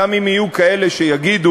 גם אם יהיו כאלה שיגידו: